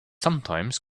sometimes